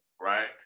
right